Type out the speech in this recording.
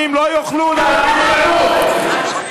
העניים לא יוכלו להדליק חימום,